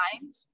mind